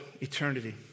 eternity